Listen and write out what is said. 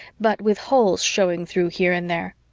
but with holes showing through here and there.